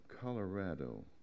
Colorado